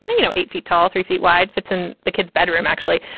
but you know, eight feet tall, three feet wide, fits in the kid's bedroom, actually.